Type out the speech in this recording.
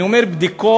אני אומר בדיקות,